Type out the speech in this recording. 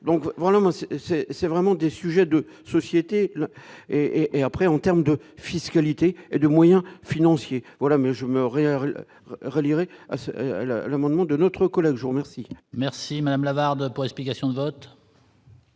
c'est c'est vraiment des sujets de société et et après en terme de fiscalité et de moyens financiers, voilà, mais je me rallieraient à ceux à l'amendement de notre collègue jour merci. Merci Madame Lavarde pour explications de vote.